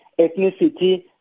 ethnicity